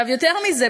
יותר מזה,